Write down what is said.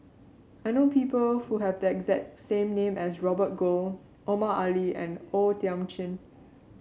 I know people who have the exact same name as Robert Goh Omar Ali and O Thiam Chin